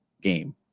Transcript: game